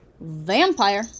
vampire